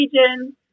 regions